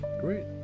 Great